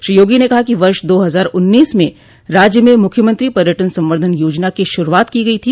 श्री योगी ने कहा कि वर्ष दो हजार उन्नीस में राज्य में मुख्यमंत्री पर्यटन संवर्धन योजना की शुरूआत की गई थी